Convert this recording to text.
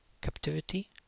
captivity